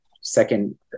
second